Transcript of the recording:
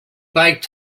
biked